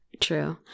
True